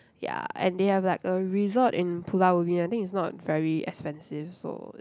ya and they have like a resort in Pulau Ubin I think it's not very expensive so